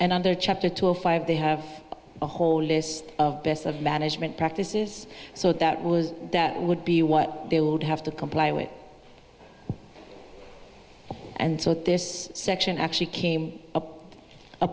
under chapter twenty five they have a whole list of best of management practices so that was that would be what they would have to comply with and so this section actually came up a